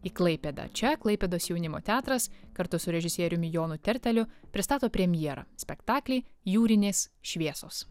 į klaipėdą čia klaipėdos jaunimo teatras kartu su režisieriumi jonu terteliu pristato premjerą spektaklį jūrinės šviesos